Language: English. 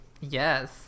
yes